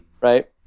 Right